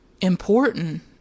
important